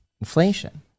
inflation